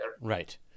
Right